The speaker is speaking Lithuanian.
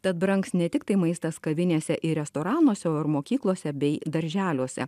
tad brangs netiktai maistas kavinėse ir restoranuose mokyklose bei darželiuose